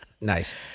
nice